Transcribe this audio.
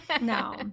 no